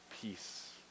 peace